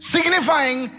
Signifying